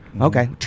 okay